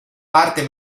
parte